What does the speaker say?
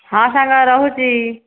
ହଁ ସାଙ୍ଗ ରହୁଛି